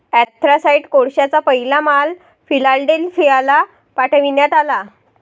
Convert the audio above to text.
anthracite कोळशाचा पहिला माल फिलाडेल्फियाला पाठविण्यात आला